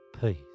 peace